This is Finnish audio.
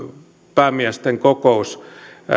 päämiesten kokous